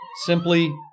simply